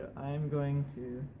i'm going to